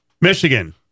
Michigan